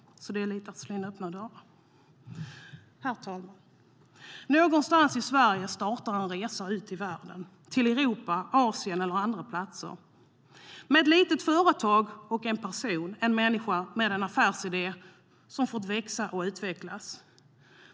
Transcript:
Det är lite att slå in öppna dörrar. Herr talman! Någonstans i Sverige startar en resa ut i världen, till Europa, Asien eller andra platser, med ett litet företag och en person med en affärsidé som fått växa och utvecklas.